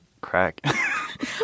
crack